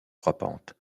frappante